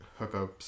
hookups